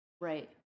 Right